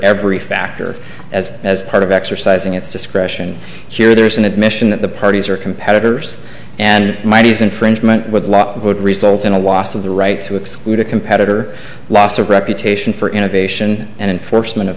every factor as as part of exercising its discretion here there's an admission that the parties are competitors and might is infringement with law would result in a wast of the right to exclude a competitor loss of reputation for innovation and in